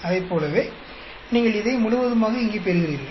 அதைப் போலவே நீங்கள் இதை முழுவதுமாக இங்கே பெறுகிறீர்கள்